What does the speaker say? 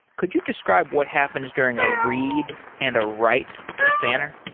could you describe what happens during a read and a write to spanner?